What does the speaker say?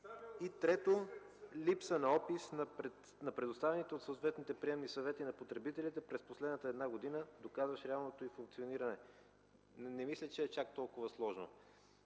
– поради липса на опис на предоставените от съответните приемни съвети на потребителите през последната една година, доказващ реалното им функциониране. Не мисля, че е чак толкова сложно.